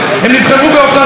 אתה זוכר את זה, ב-1999.